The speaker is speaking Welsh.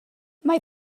mae